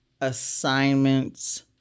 assignments